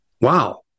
Wow